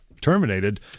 terminated